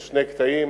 זה שני קטעים,